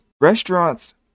Restaurants